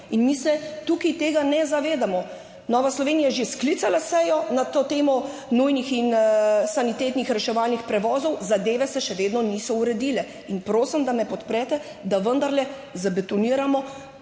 Mi se tukaj tega ne zavedamo. Nova Slovenija je že sklicala sejo na temo nujnih in sanitetnih reševalnih prevozov, zadeve se še vedno niso uredile in prosim, da me podprete, da vendarle zabetoniramo